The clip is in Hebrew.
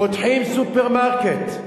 פותחים סופרמרקט.